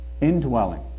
indwelling